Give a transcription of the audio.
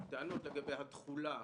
טענות לגבי התחולה